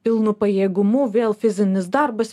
pilnu pajėgumu vėl fizinis darbas